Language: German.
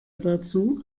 dazu